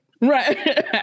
Right